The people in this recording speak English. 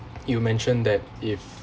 you mentioned that if